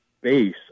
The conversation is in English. base